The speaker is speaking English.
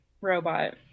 robot